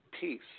peace